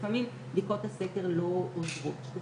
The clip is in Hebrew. לפני שנעבור לד"ר שני פאלוך,